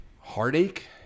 Heartache